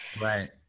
Right